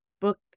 book